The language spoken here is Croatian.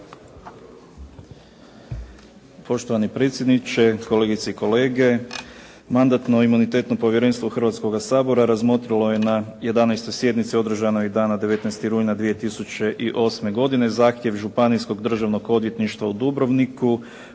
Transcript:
Poštovani predsjedniče, kolegice i kolege. Mandatno-imunitetno povjerenstvo Hrvatskoga sabora razmotrilo je na 11. sjednici održanoj dana 19. rujna 2008. godine zahtjev Županijskog državnog odvjetništva u Dubrovniku